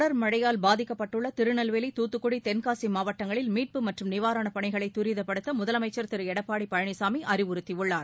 தொடர் மழையால் பாதிக்கப்பட்டுள்ள திருநெல்வேலி துத்துக்குடி தென்காசி மாவட்டங்களில் மீட்பு மற்றும் நிவாரண பணிகளை தரிதப்படுத்த முதலமைச்சர் திரு எடப்பாடி பழனிசாமி உத்தரவிட்டுள்ளார்